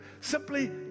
Simply